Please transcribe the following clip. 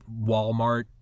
Walmart